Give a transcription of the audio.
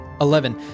Eleven